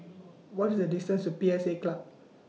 What IS The distance to P S A Club